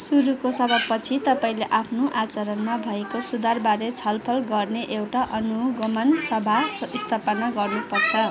सुरुको सभापछि तपाईँँले आफ्नो आचरणमा भएको सुधारबारे छलफल गर्न एउटा अनुगमन सभा स्थापना गर्नुपर्छ